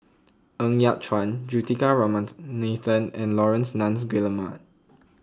Ng Yat Chuan Juthika Ramanathan and Laurence Nunns Guillemard